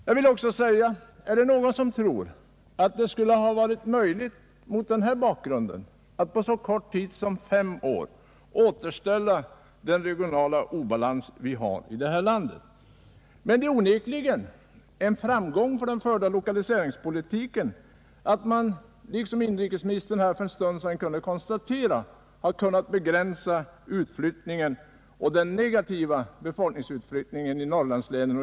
Är det någon som mot denna bakgrund tror att det skulle ha varit möjligt att på så kort tid som fem år eliminera den regionala obalans vi har i vårt land? Emellertid är det onekligen en framgång för den förda lokaliseringspolitiken att man — som inrikesministern här för en stund sedan kunde konstatera — har kunnat begränsa utflyttningen och den negativa befolkningsutvecklingen i Norrlandslänen.